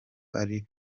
ari